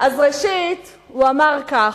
אז ראשית, הוא אמר כך: